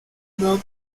boop